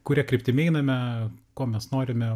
kuria kryptimi einame ko mes norime